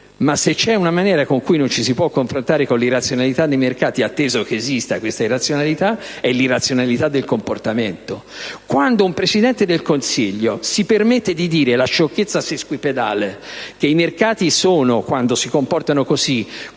ma se c'è una maniera in cui non ci si può confrontare con l'irrazionalità dei mercati, atteso che essa esista, è l'irrazionalità del comportamento. Quando un Presidente del Consiglio si permette di dire la sciocchezza sesquipedale che i mercati sono, quando si comportano così,